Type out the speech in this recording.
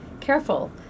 careful